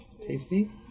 Tasty